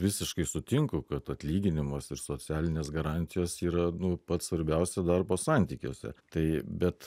visiškai sutinku kad atlyginimas ir socialinės garantijos yra nu pats svarbiausia darbo santykiuose tai bet